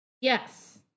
Yes